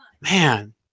Man